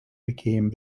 became